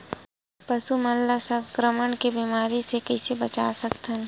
पशु मन ला संक्रमण के बीमारी से कइसे बचा सकथन?